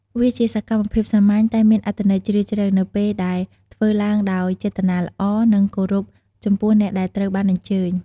វាជាសកម្មភាពសាមញ្ញ តែមានអត្ថន័យជ្រាលជ្រៅ នៅពេលដែលធ្វើឡើងដោយចេតនាល្អ និងគោរពចំពោះអ្នកដែលត្រូវបានអញ្ជើញ។